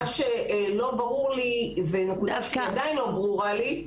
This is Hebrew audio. מה שלא ברור לי ונקודה שעדיין לא ברורה לי,